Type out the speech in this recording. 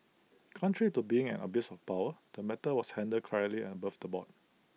contrary to being an abuse of power the matter was handled correctly and above the board